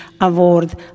award